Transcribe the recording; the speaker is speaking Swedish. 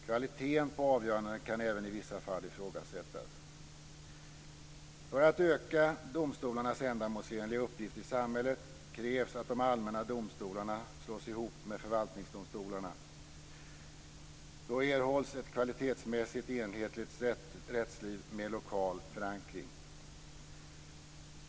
Kvaliteten på avgörandena kan även i vissa fall ifrågasättas. För att vi ska kunna öka domstolarnas ändamålsenliga uppgift i samhället krävs att de allmänna domstolarna slås ihop med förvaltningsdomstolarna. Då erhålls ett kvalitetsmässigt enhetligt rättsliv med lokal förankring.